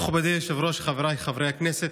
מכובדי היושב-ראש, חבריי חברי הכנסת,